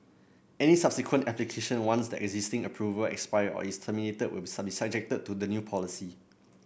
any subsequent application once the existing approval expire or is terminated will be subjected to the new policy